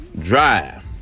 Drive